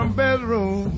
bedroom